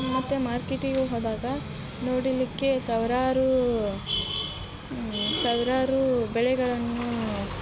ಮತ್ತು ಮಾರ್ಕೆಟಿಗೆ ಹೋದಾಗ ನೋಡಲಿಕ್ಕೆ ಸಾವಿರಾರು ಸಾವಿರಾರು ಬೆಳೆಗಳನ್ನು